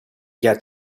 get